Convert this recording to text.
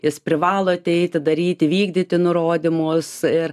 jis privalo ateiti daryti vykdyti nurodymus ir